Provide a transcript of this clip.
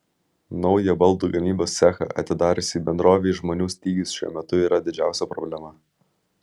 naują baldų gamybos cechą atidariusiai bendrovei žmonių stygius šiuo metu yra didžiausia problema